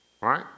right